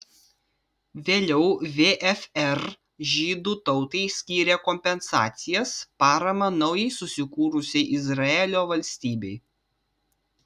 vėliau vfr žydų tautai skyrė kompensacijas paramą naujai susikūrusiai izraelio valstybei